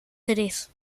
tres